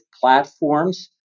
platforms